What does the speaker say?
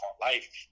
life